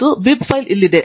ಮತ್ತು bib file ಇಲ್ಲಿದೆ